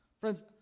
Friends